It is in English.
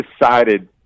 decided